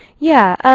yeah,